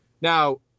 Now